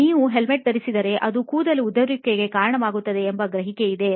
ನೀವು ಹೆಲ್ಮೆಟ್ ಧರಿಸಿದರೆ ಅದು ಕೂದಲು ಉದುರುವಿಕೆಗೆ ಕಾರಣವಾಗುತ್ತದೆ ಎಂಬ ಗ್ರಹಿಕೆ ಇದೆ